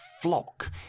flock